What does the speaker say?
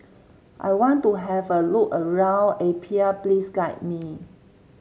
I want to have a look around Apia please guide me